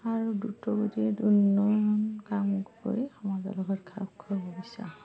আৰু দ্ৰুত গতিত উন্নয়ন কাম কৰি সমাজৰ লগত খাপ খোৱাব বিচাৰোঁ